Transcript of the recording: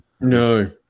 no